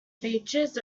features